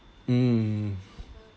mm